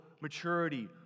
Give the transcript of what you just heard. maturity